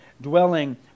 dwelling